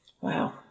Wow